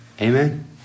Amen